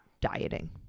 dieting